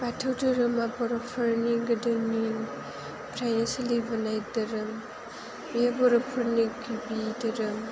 बाथौ धोरोमा बर'फोरनि गोदोनिफ्रायनो सोलिबोनाय धोरोम बेयो बर'फोरनि गिबि धोरोम